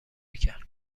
کرد